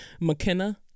McKenna